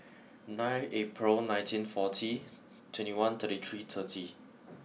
nine April nineteen forty twenty one thirty three thirty